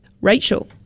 Rachel